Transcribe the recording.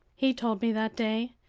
he told me that day,